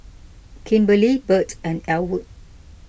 Kimberlie Birt and Elwood